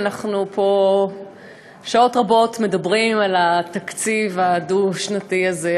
אנחנו מדברים פה שעות רבות על התקציב הדו-שנתי הזה,